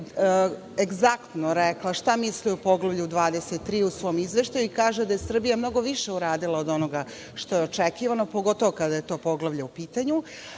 egzaktno rekla šta misli o Poglavlju 23. u svoj izveštaju i kaže da je Srbija mnogo više uradila od onoga što je očekivano, pogotovo kada je to poglavlje u